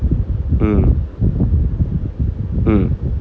mm mm